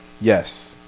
Yes